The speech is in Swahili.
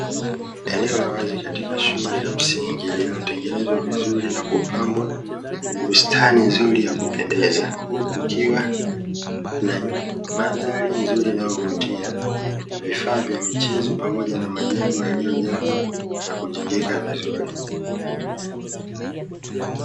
Eneo la wazi katika shule ya msingi, liliotengenezwa vizuri na kupambwa kwa bustani nzuri ya kupendeza, huku kukiwa na mandhari nzuri inayovutia, vifaa vya michezo pamoja na majengo yaliyojengwa na kujengeka vizuri.